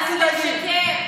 אל תדאגי,